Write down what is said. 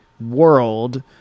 world